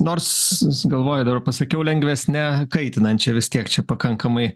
nors galvoju dabar pasakiau lengvesne kaitinančia vis tiek čia pakankamai